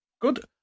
good